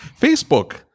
Facebook